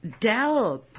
Delp